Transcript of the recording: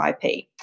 IP